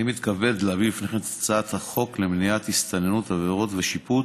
אני מתכבד להביא בפניכם את הצעת החוק למניעת הסתננות (עבירות ושיפוט)